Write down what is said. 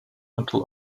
until